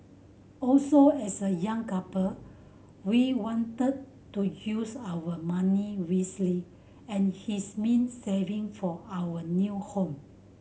also as a young couple we wanted to use our money wisely and his meant saving for our new home